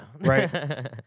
Right